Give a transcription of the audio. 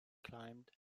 climbed